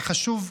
אבל חשוב,